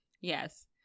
Yes